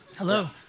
Hello